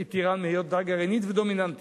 אירן מהיותה גרעינית ודומיננטית.